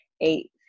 eight